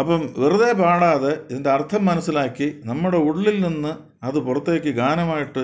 അപ്പം വെറുതെ പാടാതെ ഇതിൻ്റെ അർത്ഥം മനസിലാക്കി നമ്മുടെ ഉള്ളിൽ നിന്ന് അത് പുറത്തേക്ക് ഗാനമായിട്ട്